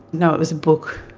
no, it was a book,